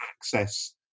Access